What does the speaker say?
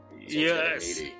Yes